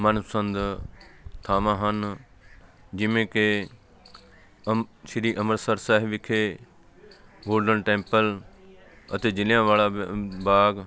ਮਨਪਸੰਦ ਥਾਵਾਂ ਹਨ ਜਿਵੇਂ ਕਿ ਅੰਮ ਸ਼੍ਰੀ ਅੰਮ੍ਰਿਤਸਰ ਸਾਹਿਬ ਵਿਖੇ ਗੋਲਡਨ ਟੈਂਪਲ ਅਤੇ ਜਲ੍ਹਿਆਂਵਾਲਾ ਬ ਬਾਗ